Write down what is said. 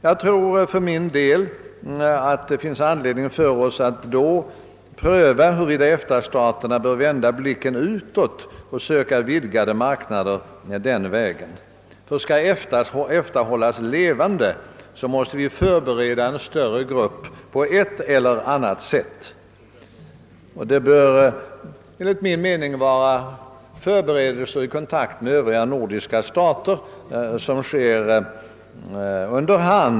Jag tror för min del att det finns anledning för oss att då pröva huruvida EFTA-staterna bör vända blicken utåt och söka vidgade marknader den vägen. Skall EFTA hållas 1evande, måste vi göra förberedelser för att på ett eller annat sätt vidga gruppen. Dessa förberedelser bör enligt min mening ske under underhandskontakter med de övriga nordiska länderna. Herr talman!